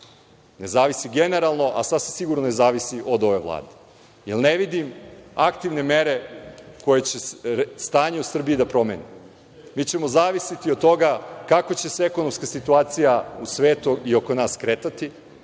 Ne zavisi generalno, ali sasvim sigurno ne zavisi od ove Vlade, jer ne vidim aktivne mere koje će stanje u Srbiji da promene. Mi ćemo zavisiti od toga kako će se ekonomska situacija u svetu i oko nas kretati,